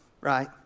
right